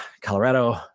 Colorado